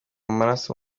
amaraso